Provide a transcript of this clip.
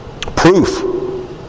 proof